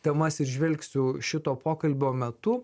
temas ir žvelgsiu šito pokalbio metu